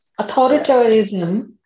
Authoritarianism